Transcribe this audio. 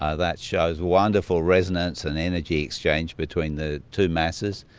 ah that shows wonderful resonance and energy exchange between the two masses.